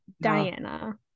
diana